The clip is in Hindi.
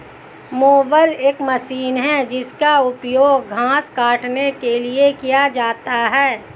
मोवर एक मशीन है जिसका उपयोग घास काटने के लिए किया जाता है